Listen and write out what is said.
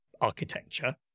architecture